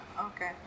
Okay